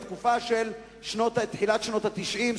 לתקופה של תחילת שנות ה-90,